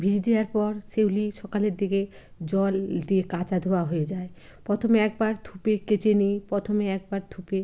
ভিজিয়ে দেওয়ার পর সেগুলি সকালের দিকে জল দিয়ে কাচা ধোয়া হয়ে যায় প্রথমে একবার থুপে কেচে নিই প্রথমে একবার থুপে